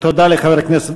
תודה לחבר הכנסת